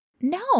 No